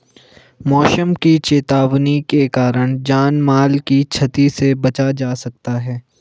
मौसम की चेतावनी के कारण जान माल की छती से बचा जा सकता है